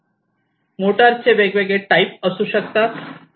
motor चे वेगवेगळे type असू शकतात